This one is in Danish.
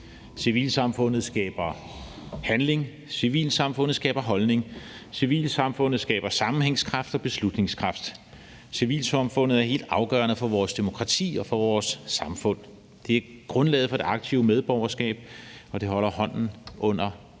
Civilsamfundet skaber handling. Civilsamfundet skaber holdning. Civilsamfundet skaber sammenhængskraft og beslutningskraft. Civilsamfundet er helt afgørende for vores demokrati og for vores samfund. Det er grundlaget for det aktive medborgerskab, og det holder hånden under